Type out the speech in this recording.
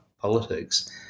Politics